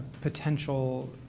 potential